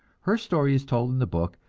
her story is told in a book,